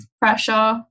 pressure